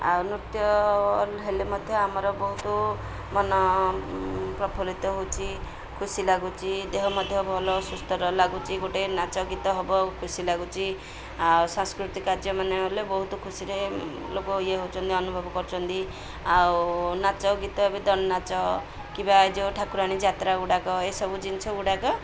ଆଉ ନୃତ୍ୟ ହେଲେ ମଧ୍ୟ ଆମର ବହୁତ ମନ ପ୍ରଫୁଲ୍ଲିତ ହେଉଛି ଖୁସି ଲାଗୁଛି ଦେହ ମଧ୍ୟ ଭଲ ସୁସ୍ଥ ଲାଗୁଛି ଗୋଟେ ନାଚ ଗୀତ ହବ ଖୁସି ଲାଗୁଛି ଆଉ ସାଂସ୍କୃତିକ କାର୍ଯ୍ୟମାନେ ହେଲେ ବହୁତ ଖୁସିରେ ଲୋକ ଇଏ ହେଉଛନ୍ତି ଅନୁଭବ କରୁଛନ୍ତି ଆଉ ନାଚ ଗୀତ ଏବେ ଦଣ୍ଡ ନାଚ କିମ୍ବା ଏ ଯେଉଁ ଠାକୁରାଣୀ ଯାତ୍ରା ଗୁଡ଼ାକ ଏସବୁ ଜିନିଷ ଗୁଡ଼ାକ